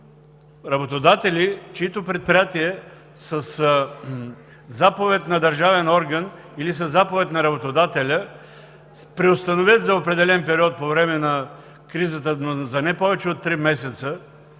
работодатели, чиито предприятия със заповед на държавен орган или със заповед на работодателя преустановят за определен период по време на кризата – за не повече от три месеца,